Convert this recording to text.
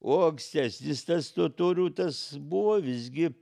o ankstesnis tas totorių tas buvo visgi